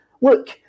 Look